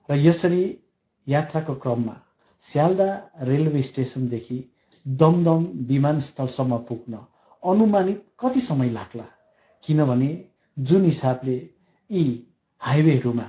र यसरी यात्राको क्रममा स्यालदा रेलवे स्टेसनदेखि दमदम विमान स्थलसम्म पुग्न अनुमानित कति समय लाग्ला किनभने जुन हिसाबले यी हेइवेहरूमा